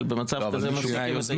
בדרך כלל במצב כזה מפסיקים את הישיבה.